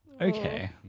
Okay